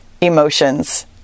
emotions